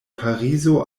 parizo